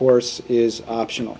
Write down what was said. course is optional